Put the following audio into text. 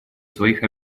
своих